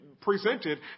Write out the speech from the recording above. presented